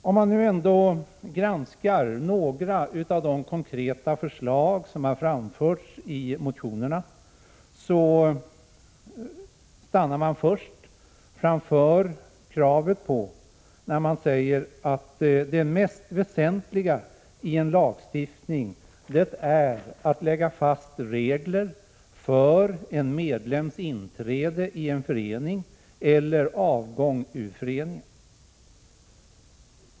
Om man nu ändå granskar några av de konkreta förslag som framförts i motionerna, stannar man först vid kravet där det sägs att det mest väsentliga i en lagstiftning är att lägga fast regler för en medlems inträde i en förening eller utträde ur föreningen.